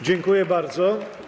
Dziękuję bardzo.